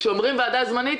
כאשר אומרים ועדה זמנית,